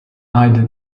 either